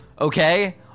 Okay